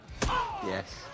Yes